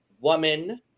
woman